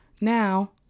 Now